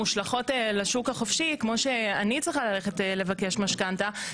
מושלכות לשוק החופשי כמו שאני צריכה ללכת לבקש משכנתא,